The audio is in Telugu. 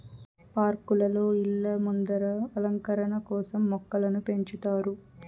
పార్కులలో, ఇళ్ళ ముందర అలంకరణ కోసం మొక్కలను పెంచుతారు